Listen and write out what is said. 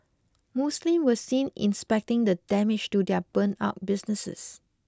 Muslims were seen inspecting the damage to their burnt out businesses